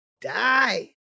die